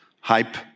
hype